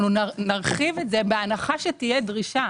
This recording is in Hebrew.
נרחיב את זה בהנחה שתהיה דרישה.